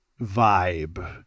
vibe